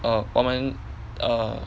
err 我们 err